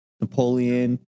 Napoleon